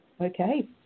Okay